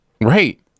Right